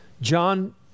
John